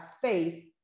faith